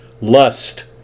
lust